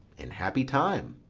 in happy time.